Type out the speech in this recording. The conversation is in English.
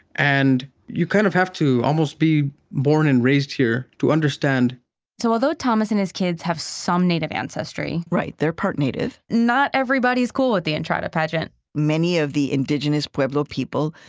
and you kind of have to almost be born and raised here to understand so although thomas and his kids have some native ancestry. right, they're part native. not everybody's cool at the entrada pageant imagine many of the indigenous pueblo people,